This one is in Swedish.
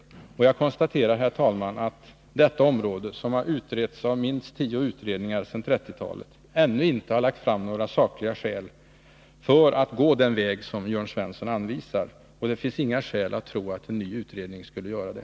Jag konstaterar, herr talman, att på detta område, som har uttretts av minst tio utredningar sedan 1930-talet, har det ännu inte lagts fram några sakliga skäl för att gå den väg som Jörn Svensson anvisar. Och det finns inget skäl att tro att en ny utredning skulle göra det.